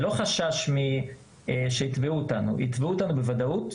לגבי החשש שיתבעו אותנו יתבעו אותנו בוודאות,